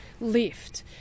lift